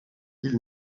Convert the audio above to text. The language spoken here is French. ils